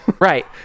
Right